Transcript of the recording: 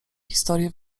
historię